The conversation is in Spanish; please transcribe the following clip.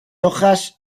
hojas